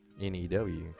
N-E-W